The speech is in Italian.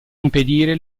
impedire